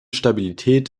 stabilität